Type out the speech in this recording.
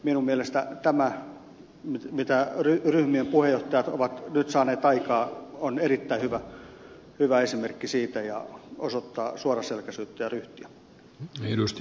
minun mielestäni tämä mitä ryhmien puheenjohtajat ovat nyt saaneet aikaan on erittäin hyvä esimerkki siitä ja osoittaa suoraselkäisyyttä ja ryhtiä